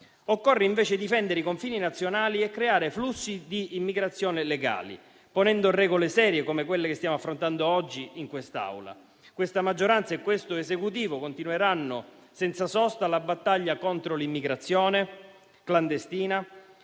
Occorre invece difendere i confini nazionali e creare flussi di immigrazione legali, ponendo regole serie, come quelle che stiamo affrontando oggi in quest'Aula. Questa maggioranza e questo Esecutivo continueranno senza sosta la battaglia contro l'immigrazione clandestina.